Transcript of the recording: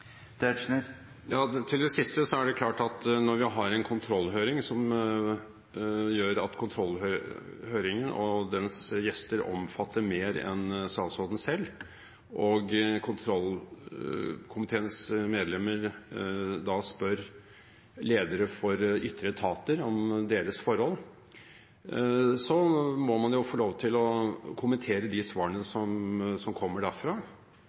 Til det siste: Det er klart at når vi har en kontrollhøring der dens gjester omfatter flere enn statsråden selv, og kontrollkomiteens medlemmer da spør ledere for ytre etater om deres forhold, må man jo få lov til å kommentere de svarene som kommer derfra.